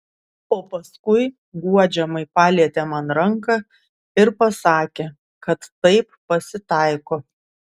o paskui guodžiamai palietė man ranką ir pasakė kad taip pasitaiko